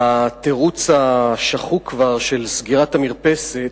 בתירוץ השחוק כבר, של סגירת מרפסת,